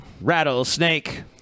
Rattlesnake